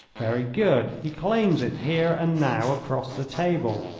very good. he claims it here and now, across the table.